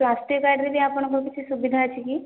ସ୍ୱାସ୍ଥ୍ୟ କାର୍ଡ଼ରେ ଆପଣଙ୍କ କିଛି ସୁବିଧା ଅଛି କି